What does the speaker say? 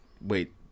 wait